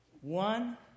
One